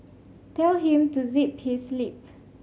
tell him to zip his lip